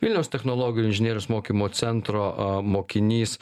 vilniaus technologijų inžinierius mokymo centro a mokinys